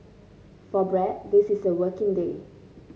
for Brad this is a working day